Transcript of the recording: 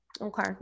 okay